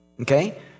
Okay